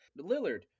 Lillard